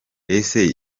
ese